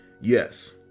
Yes